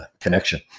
connection